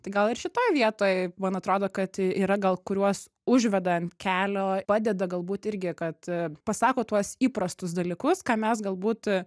tai gal ir šitoj vietoj man atrodo kad yra gal kuriuos užveda ant kelio padeda galbūt irgi kad pasako tuos įprastus dalykus ką mes galbūt